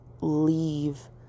leave